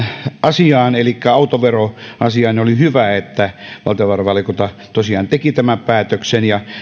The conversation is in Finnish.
asiaan elikkä autoveroasiaan oli hyvä että valtiovarainvaliokunta tosiaan teki tämän päätöksen